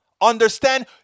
Understand